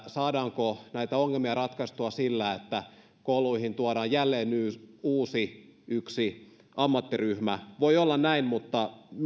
saadaanko näitä ongelmia ratkaistua sillä että kouluihin tuodaan jälleen yksi uusi ammattiryhmä voi olla näin mutta